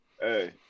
Hey